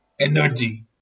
energy